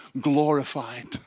glorified